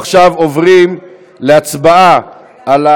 להמשך הכנתה לקריאה שנייה ושלישית.